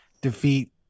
defeat